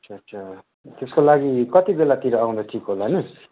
अच्छा अच्छा त्यसको लागि कति बेलातिर आउँदा ठिक होला होइन